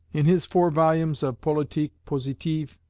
in his four volumes of politique positive,